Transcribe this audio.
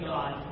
God